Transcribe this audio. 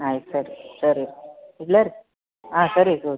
ಆಯ್ತು ಸರಿ ಸರಿ ಇಡಲಾ ರೀ ಹಾಂ ಸರಿ ತಗೊರಿ